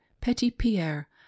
petit-pierre